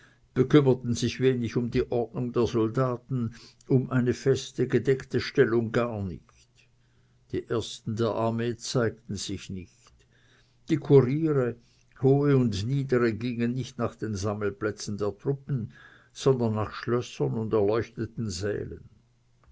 bekümmerten sich wenig um die ordnung der soldaten um eine feste gedeckte stellung gar nicht die ersten der armee zeigten sich nicht die couriere hohe und niedere gingen nicht nach den sammelplätzen der truppen sondern nach schlössern und erleuchteten sälen